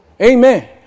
Amen